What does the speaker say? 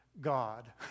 God